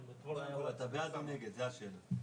זו האמת הכי